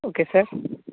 okay sir